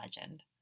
Legend